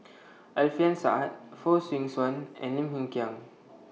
Alfian Sa'at Fong Swee Suan and Lim Hng Kiang